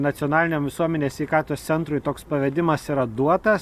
nacionaliniam visuomenės sveikatos centrui toks pavedimas yra duotas